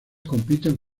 compiten